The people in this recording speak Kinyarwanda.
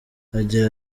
agira